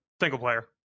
Single-player